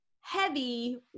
heavy